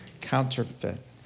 Counterfeit